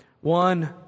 One